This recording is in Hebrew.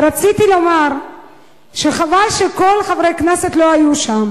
רציתי לומר שחבל שלא היו שם